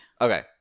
Okay